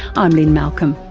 i'm lynne malcolm.